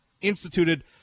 instituted